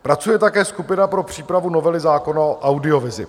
Pracuje také skupina pro přípravu novely zákona o audiovizi.